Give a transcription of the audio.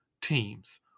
teams